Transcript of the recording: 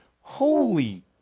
Holy